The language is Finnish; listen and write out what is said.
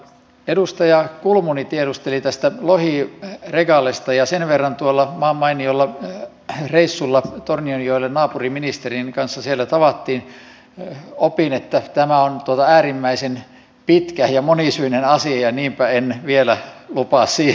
edustaja kulmuni tiedusteli tästä lohiregalesta ja sen verran tuolla maanmainiolla reissulla tornionjoella opin naapurin ministerin kanssa siellä tavattiin että tämä on äärimmäisen pitkä ja monisyinen asia ja niinpä en vielä lupaa siihen ratkaisua